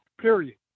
Period